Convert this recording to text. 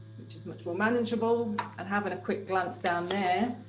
which is much more manageable and having a quick glance down there,